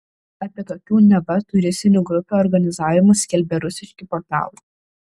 apie tokių neva turistinių grupių organizavimus skelbė rusiški portalai